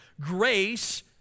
Grace